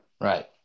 Right